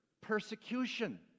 persecution